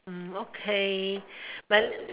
mm okay then